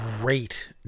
great